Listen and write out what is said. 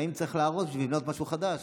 לפעמים צריך להרוס בשביל לבנות משהו חדש.